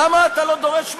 למה אתה לא דורש מהם?